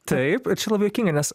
taip ir čia labai juokinga nes